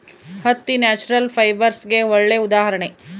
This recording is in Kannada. ಹತ್ತಿ ನ್ಯಾಚುರಲ್ ಫೈಬರ್ಸ್ಗೆಗೆ ಒಳ್ಳೆ ಉದಾಹರಣೆ